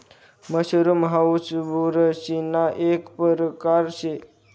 mushroom हाऊ बुरशीना एक परकार शे